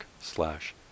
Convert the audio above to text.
slash